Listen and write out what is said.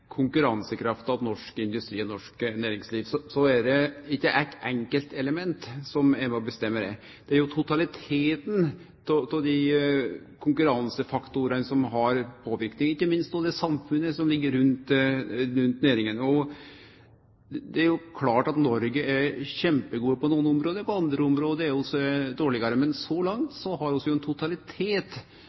konkurransekrafta i norsk industri og norsk næringsliv, er det ikkje eitt enkeltelement som er med på å bestemme det. Det er totaliteten av desse konkurransefaktorane som har påverknad, ikkje minst det samfunnet som ligg rundt næringa. Det er klart at Noreg er kjempegode på nokre område. På andre område er vi dårlegare. Men så langt har vi ein totalitet